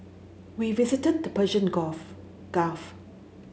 we visited the Persian Gulf